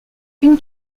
une